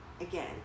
again